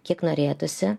kiek norėtųsi